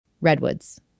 Redwoods